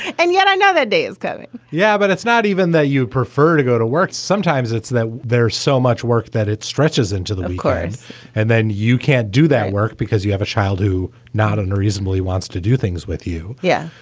and yet and another day is coming yeah, but it's not even that you prefer to go to work. sometimes it's that there's so much work that it stretches into the course and then you can't do that work because you have a child who not unreasonably wants to do things with you. yeah.